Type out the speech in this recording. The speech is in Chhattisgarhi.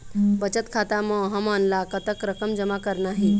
बचत खाता म हमन ला कतक रकम जमा करना हे?